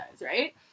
right